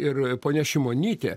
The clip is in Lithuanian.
ir ponia šimonytė